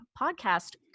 podcast